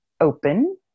open